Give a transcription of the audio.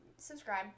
Subscribe